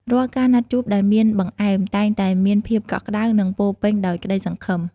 រាល់ការណាត់ជួបដែលមានបង្អែម តែងតែមានភាពកក់ក្ដៅ និងពោរពេញដោយក្តីសង្ឃឹម។